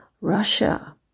Russia